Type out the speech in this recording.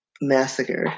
massacre